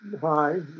hi